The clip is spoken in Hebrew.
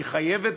היא חייבת,